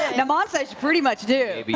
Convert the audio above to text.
and um says you pretty much do.